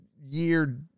year